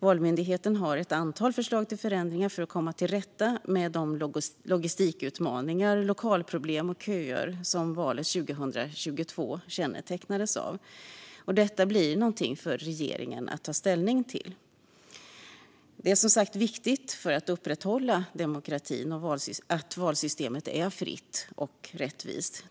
Valmyndigheten har ett antal förslag till förändringar för att komma till rätta med de logistikutmaningar, lokalproblem och köer som valet 2022 kännetecknades av. Detta blir någonting för regeringen att ta ställning till. Att valsystemet är fritt och rättvist är som sagt viktigt för att upprätthålla demokratin.